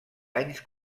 anys